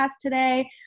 today